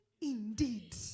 indeed